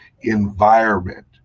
environment